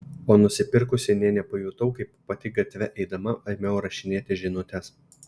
o nusipirkusi nė nepajutau kaip pati gatve eidama ėmiau rašinėti žinutes